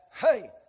hey